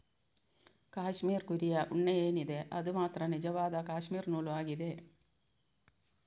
cashmere ಕುರಿಯ ಉಣ್ಣೆ ಏನಿದೆ ಅದು ಮಾತ್ರ ನಿಜವಾದ ಕ್ಯಾಶ್ಮೀರ್ ನೂಲು ಆಗಿದೆ